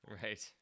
right